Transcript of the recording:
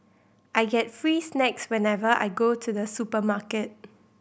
I get free snacks whenever I go to the supermarket